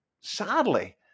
sadly